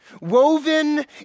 Woven